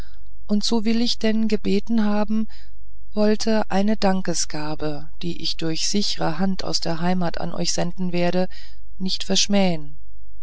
und so will ich denn gebeten haben wollet eine dankesgabe die ich durch sichere hand aus der heimat an euch senden werde nicht verschmähen